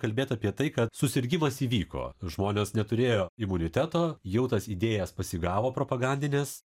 kalbėt apie tai kad susirgimas įvyko žmonės neturėjo imuniteto jau tas idėjas pasigavo propagandinės